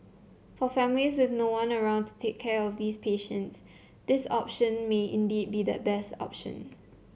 for families with no one around to take care of these patients this option may indeed be the best option